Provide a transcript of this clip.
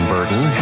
Burton